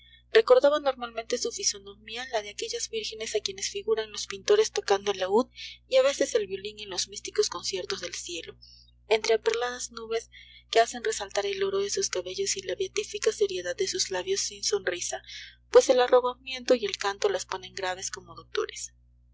recordaba normalmente su fisonomía la de aquellas vírgenes a quienes figuran los pintores tocando el laúd y a veces el violín en los místicos conciertos del cielo entre aperladas nubes que hacen resaltar el oro de sus cabellos y la beatífica seriedad de sus labios sin sonrisa pues el arrobamiento y el canto las ponen graves como doctores